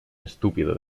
estúpido